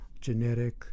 genetic